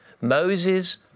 Moses